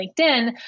LinkedIn